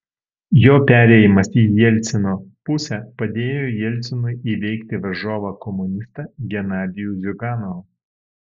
jo perėjimas į jelcino pusę padėjo jelcinui įveikti varžovą komunistą genadijų ziuganovą